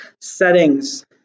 settings